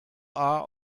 are